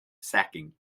sacking